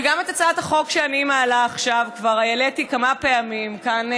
וגם את הצעת החוק שאני מעלה עכשיו כבר העליתי כמה פעמים כאן,